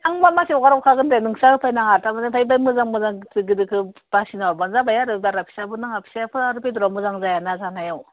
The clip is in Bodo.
आं मानसि हगार हरखागोनदे नोंसोरहा होफैनाङा थारमाने ओमफ्राय दा मोजां मोजां गिदिर गिदिरखौ बासिना हरबानो जाबाय आरो बारा फिसाबो नाङा फिसाफोरा बेदराव मोजां जायाना जानायाव